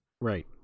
Right